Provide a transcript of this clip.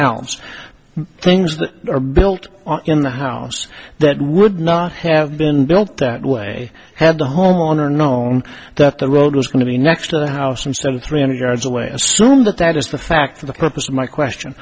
else things that are built in the house that would not have been built that way had the homeowner known that the road was going to be next to the house from some three hundred yards away assume that that is the fact for the purpose of my question